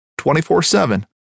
24-7